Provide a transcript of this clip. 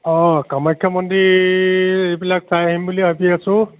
অঁ কামাখ্যা মন্দিৰ এইবিলাক চাই আহিম বুলি ভাবি আছোঁ